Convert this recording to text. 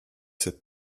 cette